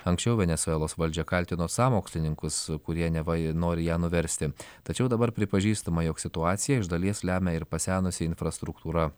anksčiau venesuelos valdžia kaltino sąmokslininkus kurie neva nori ją nuversti tačiau dabar pripažįstama jog situaciją iš dalies lemia ir pasenusi infrastruktūra